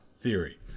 theory